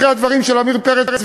אחרי הדברים של עמיר פרץ,